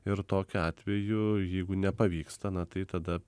ir tokiu atveju jeigu nepavyksta na tai tada